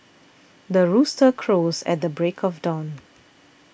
the rooster crows at the break of dawn